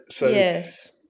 Yes